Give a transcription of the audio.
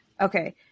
Okay